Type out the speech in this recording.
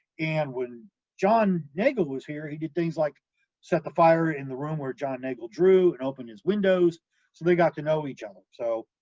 and when john neagle was here, he did things like set the fire in the room where john neagle drew and opened his windows, so they got to know each other. um so